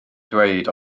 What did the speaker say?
dweud